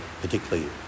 particularly